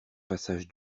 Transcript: passage